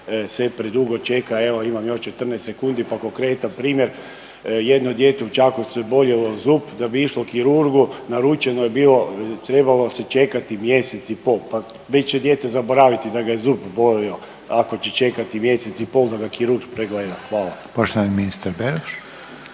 se predugo čeka. Evo imam još 14 sekundi, pa konkretan primjer. Jedno dijete u Čakovcu je bolio zub. Da bi išlo kirurgu naručeno je bilo, trebalo se čekati mjesec i pol. Pa već će dijete zaboraviti da ga je zub bolio ako će čekati mjesec i pol da ga kirurg pregleda. Hvala. **Reiner,